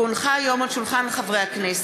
כי הונחה היום על שולחן הכנסת,